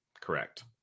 Correct